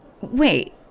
Wait